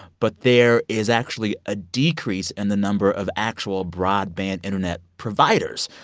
but there is actually a decrease in the number of actual broadband internet providers,